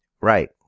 Right